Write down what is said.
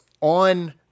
on